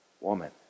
Woman